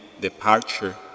departure